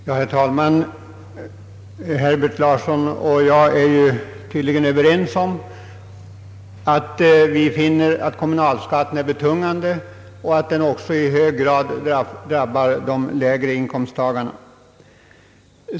Herr talman! Herr Herbert Larsson och jag är tydligen överens om att kommunalskatten är betungande och att den i hög grad drabbar de lägre inkomsttagarna.